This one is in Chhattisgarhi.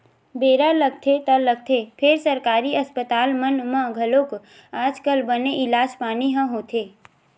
बेरा लगथे ता लगथे फेर सरकारी अस्पताल मन म घलोक आज कल बने इलाज पानी ह होथे